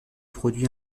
produits